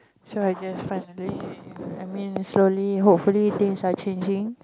so I guess finally I mean slowly hopefully things are changing